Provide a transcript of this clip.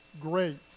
great